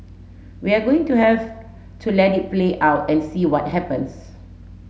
we're going to have to let it play out and see what happens